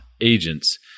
agents